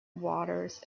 waters